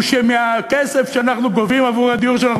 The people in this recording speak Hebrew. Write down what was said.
הוא שבכסף שאנחנו גובים עבור הדיור שאנחנו